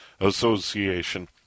Association